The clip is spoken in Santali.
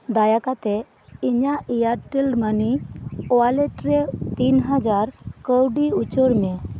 ᱫᱟᱭᱟ ᱠᱟᱛᱮᱫ ᱤᱧᱟᱹᱜ ᱮᱭᱟᱨᱴᱮᱞ ᱢᱟᱱᱤ ᱳᱣᱟᱞᱮᱴ ᱨᱮ ᱛᱤᱱ ᱦᱟᱡᱟᱨ ᱠᱟᱹᱣᱰᱤ ᱩᱪᱟᱹᱲ ᱢᱮ